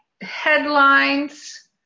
Headlines